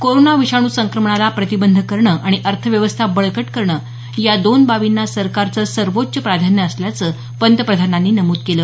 corona विषाणू संक्रमणाला प्रतिबंध करणं आणि अर्थव्यवस्था बळकट करणं या दोन बाबींना सरकारचं सर्वोच्च प्राधान्य असल्याचं पंतप्रधानांनी नमूद केलं